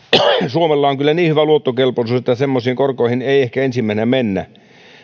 suomella on kyllä niin hyvä luottokelpoisuus että semmoisiin korkoihin ei ehkä ensimmäisenä mennä